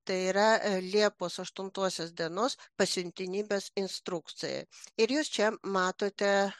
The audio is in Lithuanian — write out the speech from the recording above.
tai yra liepos aštuntosios dienos pasiuntinybės instrukcijoj ir jūs čia matote